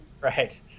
Right